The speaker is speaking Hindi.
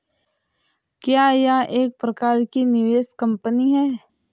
क्या यह एक प्रकार की निवेश कंपनी है?